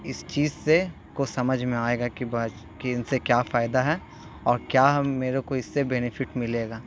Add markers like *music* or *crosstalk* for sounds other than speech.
اس چیز سے کو سمجھ میں آئے گا کہ *unintelligible* کہ ان سے کیا فائدہ ہے اور کیا میرے کو اس سے بینیفٹ ملے گا